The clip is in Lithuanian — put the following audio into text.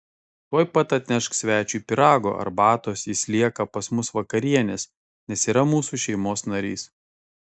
tuoj pat atnešk svečiui pyrago arbatos jis lieka pas mus vakarienės nes yra mūsų šeimos narys